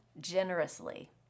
generously